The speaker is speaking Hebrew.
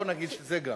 בואי נגיד שזה גם.